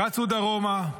רצתם דרומה,